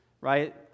Right